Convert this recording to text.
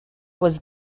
was